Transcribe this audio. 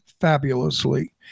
fabulously